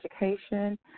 education